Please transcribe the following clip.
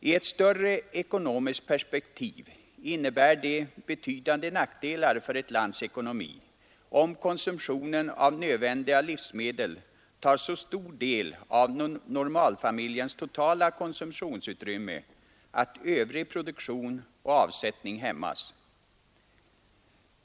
I ett större ekonomiskt perspektiv innebär det betydande nackdelar för ett lands ekonomi om konsumtionen av nödvändiga livsmedel tar så stor del av normalfamiljens totala konsumtionsutrymme, att övrig produktion och avsättning hämmas.